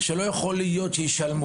אז לא יכול להיות שיצטרכו לשלם.